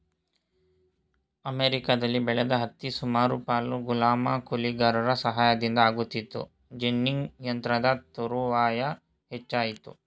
ಅಮೆರಿಕದಲ್ಲಿ ಬೆಳೆದ ಹತ್ತಿ ಸುಮಾರು ಪಾಲು ಗುಲಾಮ ಕೂಲಿಗಾರರ ಸಹಾಯದಿಂದ ಆಗುತ್ತಿತ್ತು ಜಿನ್ನಿಂಗ್ ಯಂತ್ರದ ತರುವಾಯ ಹೆಚ್ಚಾಯಿತು